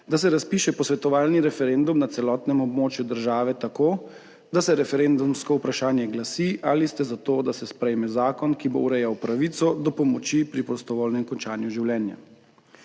da se razpiše posvetovalni referendum na celotnem območju države tako, da se referendumsko vprašanje glasi: Ali ste za to, da se sprejme zakon, ki bo urejal pravico do pomoči pri prostovoljnem končanju življenja?